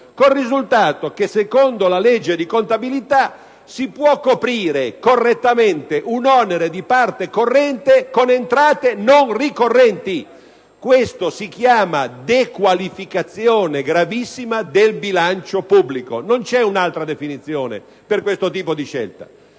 con il risultato che, secondo la legge di contabilità, si può coprire correttamente un onere di parte corrente con entrate non ricorrenti. Questa si chiama dequalificazione gravissima del bilancio pubblico, non c'è un'altra definizione per questo tipo di scelta: